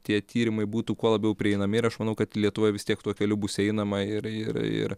tie tyrimai būtų kuo labiau prieinami ir aš manau kad lietuvoje vis tiek tuo keliu bus einama ir ir ir